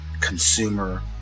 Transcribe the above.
consumer